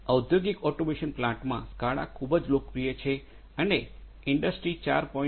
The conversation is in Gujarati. ઔદ્યોગિક ઓટોમેશન પ્લાન્ટમાં સ્કાડા ખૂબ જ લોકપ્રિય છે અને ઇન્ડસ્ટ્રી 4